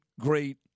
great